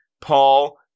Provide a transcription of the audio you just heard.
Paul